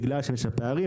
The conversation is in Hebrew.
בגלל שיש שם פערים.